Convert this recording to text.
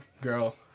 girl